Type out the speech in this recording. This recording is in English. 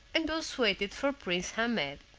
and both waited for prince ahmed.